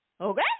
okay